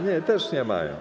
Nie, też nie mają.